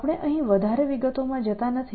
આપણે અહીં વધારે વિગતોમાં જતા નથી